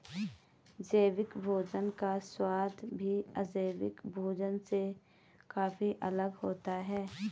जैविक भोजन का स्वाद भी अजैविक भोजन से काफी अलग होता है